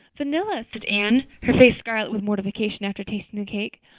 vanilla, said anne, her face scarlet with mortification after tasting the cake.